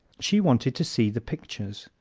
she wanted to see the pictures,